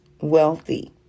wealthy